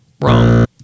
wrong